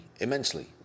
immensely